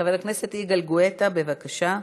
חבר הכנסת יגאל גואטה, בבקשה.